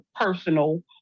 personal